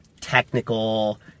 technical